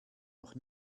noch